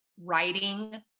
writing